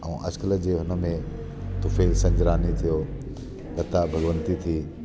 ऐं अॼुकल्हि जे हुनमें तुफिल संदरानी थियो लता भॻवंती थी